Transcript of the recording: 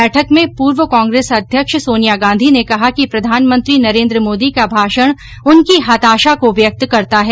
बैठक में पूर्व कांग्रेस अध्यक्ष सोनिया गांधी ने कहा कि प्रधानमंत्री नरेन्द्र मोदी का भाषण उनकी हताशा को व्यक्त करता है